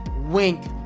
wink